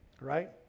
Right